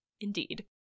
Indeed